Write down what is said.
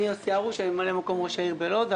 אני ממלא מקום ראש העיר בלוד.